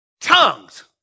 tongues